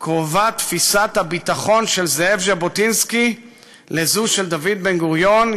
קרובה תפיסת הביטחון של זאב ז'בוטינסקי לזו של דוד בן-גוריון,